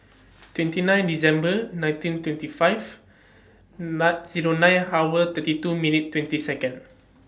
twenty nine December nineteen twenty five Zero nine hour thirty two minute twenty Second